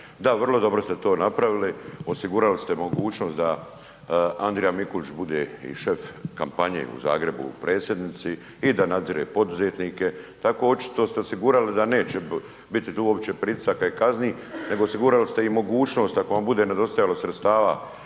Da, vrlo dobro ste to napravili, osigurali ste mogućnost da Andrija Mikulić bude i šef kampanje u Zagrebu predsjednici i da nadzire poduzetnike, tako očito ste osigurali da neće biti tu uopće pritisaka i kazni, nego osigurali ste i mogućnost ako vam bude nedostajalo sredstava